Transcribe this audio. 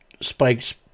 spikes